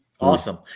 Awesome